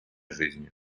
жизнью